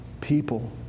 people